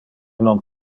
non